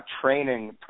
training